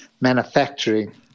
manufacturing